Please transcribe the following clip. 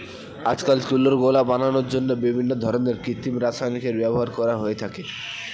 আজকাল তুলোর গোলা বানানোর জন্য বিভিন্ন ধরনের কৃত্রিম রাসায়নিকের ব্যবহার করা হয়ে থাকে